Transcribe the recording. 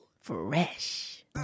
Fresh